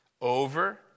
Over